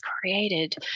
created